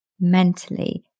mentally